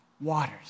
waters